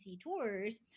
Tours